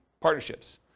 partnerships